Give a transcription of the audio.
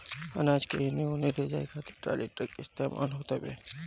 अनाज के एने ओने ले जाए खातिर टाली, ट्रक के इस्तेमाल होत हवे